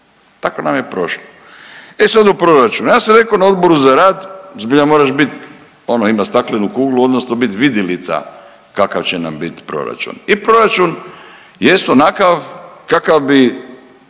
tako nam je prošlo. E sad o proračunu. Ja sam rekao na Odboru za rad zbilja moraš biti ono imati staklenu kuglu, odnosno bit vidjelica kakav će nam bit proračun. I proračun jest onakav kakav bi